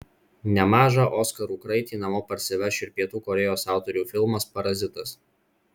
nemažą oskarų kraitį namo parsiveš ir pietų korėjos autorių filmas parazitas